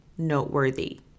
Noteworthy